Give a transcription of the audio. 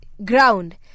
ground